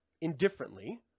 indifferently